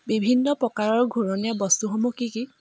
বিভিন্ন প্ৰকাৰৰ ঘূৰণীয়া বস্তুসমূহ কি কি